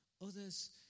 Others